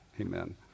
amen